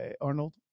arnold